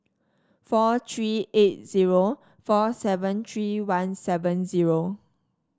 four three eight zero four seven three one seven zero